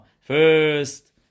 First